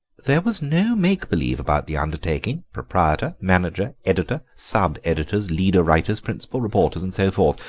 there was no make-believe about the undertaking proprietor, manager, editor, sub editors, leader-writers, principal reporters, and so forth,